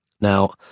Now